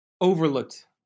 overlooked